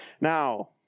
Now